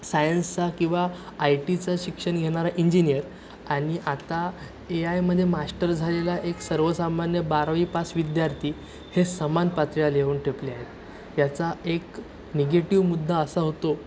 सायन्सचा किंवा आय टीचं शिक्षण घेणारा इंजिनियर आणि आता ए आयमध्ये मास्टर झालेला एक सर्वसामान्य बारावी पास विद्यार्थी हे समान पातळी येऊन ठेपले आहेत याचा एक निगेटिव मुद्दा असा होतो